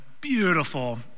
beautiful